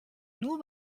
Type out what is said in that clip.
nur